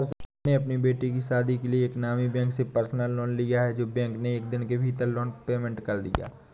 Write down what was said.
मैंने अपने बेटे की शादी के लिए एक नामी बैंक से पर्सनल लोन लिया है जो बैंक ने एक दिन के भीतर लोन पेमेंट कर दिया